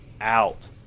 out